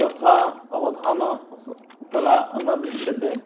तथा अवधानकला न दृश्यते